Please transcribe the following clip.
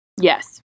Yes